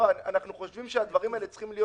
אנחנו חושבים שהדברים האלה צריכים להיות